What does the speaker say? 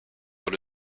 dans